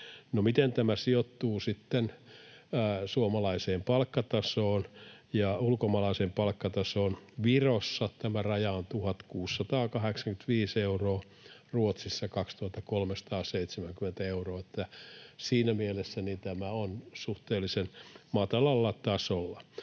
Miten tämä sijoittuu sitten suomalaiseen palkkatasoon ja ulkomaalaiseen palkkatasoon: Virossa tämä raja on 1 685 euroa, Ruotsissa 2 370 euroa, niin että siinä mielessä tämä on suhteellisen matalalla tasolla.